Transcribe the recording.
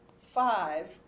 five